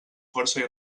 força